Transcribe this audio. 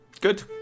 Good